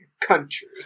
country